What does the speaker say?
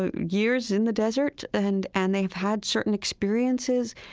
ah years in the desert and and they've had certain experiences,